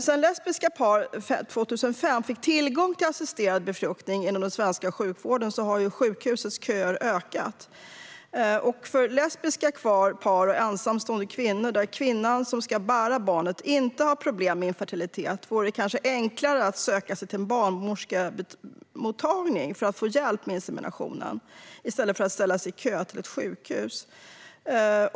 Sedan lesbiska par fick tillgång till assisterad befruktning inom den svenska sjukvården 2005 har sjukhusens köer ökat. För lesbiska par och ensamstående kvinnor där kvinnan som ska bära barnet inte har problem med infertilitet vore det kanske enklare att söka sig till en barnmorskemottagning för att få hjälp med inseminationen, i stället för att ställa sig i kö till ett sjukhus.